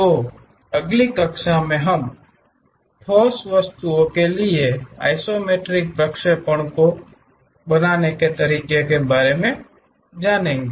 और अगली कक्षा में हम ठोस वस्तुओं के लिए इन आइसोमेट्रिक प्रक्षेपणों को करने के तरीके के बारे में जानेंगे